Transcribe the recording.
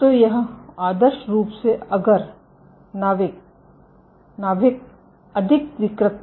तो यह आदर्श रूप से अगर नाभिक अधिक विकृत था